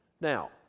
Now